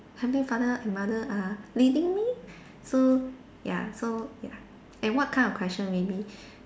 heavenly father and mother are leading me so ya so ya and what kind of question maybe